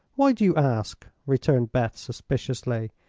why do you ask? returned beth, suspiciously.